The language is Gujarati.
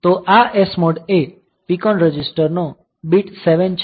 તો આ SMOD એ PCON રજિસ્ટર નો બીટ 7 છે